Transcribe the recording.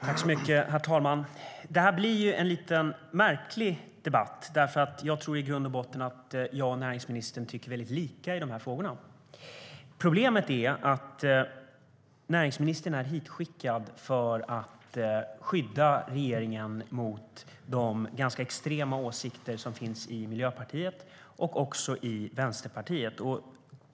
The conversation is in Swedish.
Herr talman! Detta blir en lite märklig debatt. Jag tror i grund och botten att jag och näringsministern tycker väldigt lika i de här frågorna. Problemet är att näringsministern är hitskickad för att skydda regeringen mot de ganska extrema åsikter som finns i Miljöpartiet och Vänsterpartiet.